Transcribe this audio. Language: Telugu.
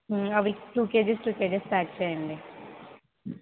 అవి two kgs two kgs pack చేయండి